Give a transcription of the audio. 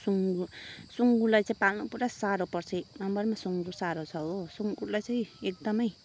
सुँगुर सुँगुरलाई चाहिँ पाल्नु पुरा साह्रो पर्छ एक नम्बरमा सुँगुर साह्रो छ हो सुँगुरलाई चाहिँ एकदमै